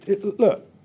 Look